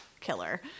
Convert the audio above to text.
killer